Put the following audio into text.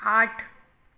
आठ